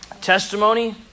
testimony